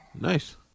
Nice